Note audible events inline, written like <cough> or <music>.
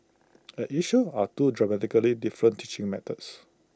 <noise> at issue are two dramatically different teaching methods